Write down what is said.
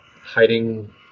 hiding